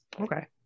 okay